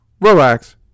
relax